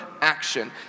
action